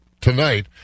tonight